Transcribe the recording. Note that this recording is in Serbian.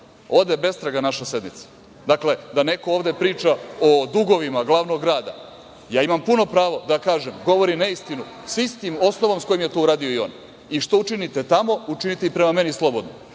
ode bestraga naša sednica. Dakle, da neko ovde priča o dugovima glavnog grada, ja ovde imam puno pravo da kažem da govori neistinu sa istim osnovom sa kojim je to uradio on. Što učinite tamo, učinite i prema meni slobodno.